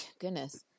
goodness